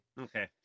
Okay